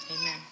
amen